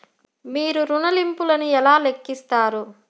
మీరు ఋణ ల్లింపులను ఎలా లెక్కిస్తారు?